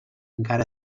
encara